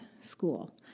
School